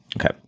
Okay